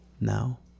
now